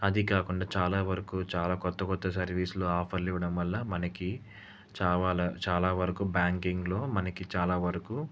అదీ కాకుండా చాలా వరకు చాలా కొత్త కొత్త సర్వీస్లు ఆఫర్లు ఇవ్వడం వల్ల మనకి చావాల చాలా వరకు బ్యాంకింగ్లో మనకి చాలా వరకు